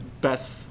best